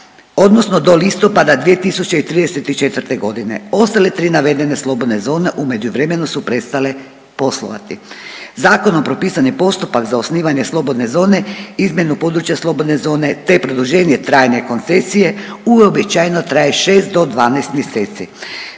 odnosno do listopada 2034. godine. Ostale tri navedene slobodne zone u međuvremenu su prestale poslovati. Zakonom propisani postupak za osnivanje slobodne zone, izmjenu područja slobodne zone, te produženje trajanja koncesije uobičajeno traje 6 do 12 mjeseci.